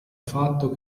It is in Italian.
fatto